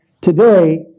today